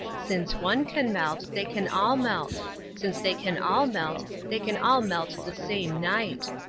since one can melt, they can all melt since they can all melt, they can all melt the same night.